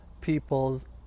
people's